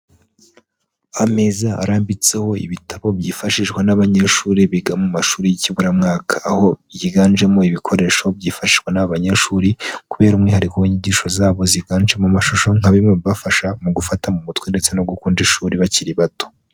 Ameza arambitseho ibitabo byifashishwa n'abanyeshuri biga mu mashuri y'ikiburamwaka, aho higanjemo ibikoresho byifashishwa n'aba banyeshuri kubera umwihariko w'inyigisho zabo ziganje mu mashusho nka bimwe mu bibafasha mu gufata mu mutwe ndetse no gukunda ishuri bakiri bato.